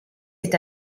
est